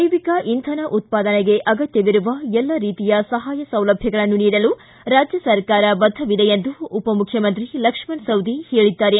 ಜೈವಿಕ ಇಂಧನ ಉತ್ಪಾದನೆಗೆ ಆಗತ್ಕವಿರುವ ಎಲ್ಲ ರೀತಿಯ ಸಹಾಯ ಸೌಲಭ್ಯಗಳನ್ನು ನೀಡಲು ರಾಜ್ಯ ಸರ್ಕಾರ ಬದ್ದವಿದೆ ಎಂದು ಉಪಮುಖ್ಯಮಂತ್ರಿ ಲಕ್ಷ್ಮಣ ಸವದಿ ಹೇಳಿದ್ದಾರೆ